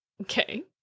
Okay